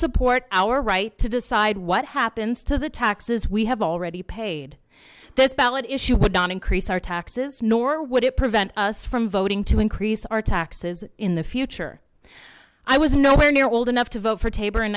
support our right to decide what happens to the taxes we have already paid this ballot issue would not increase our taxes nor would it prevent us from voting to increase our taxes in the future i was nowhere near old enough to vote for tabor in